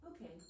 Okay